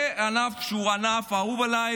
והענף שהוא הענף האהוב עליי,